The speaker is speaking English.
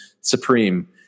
supreme